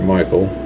Michael